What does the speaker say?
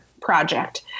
project